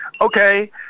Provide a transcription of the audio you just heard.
Okay